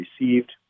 received